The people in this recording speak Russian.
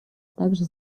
также